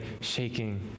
shaking